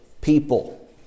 people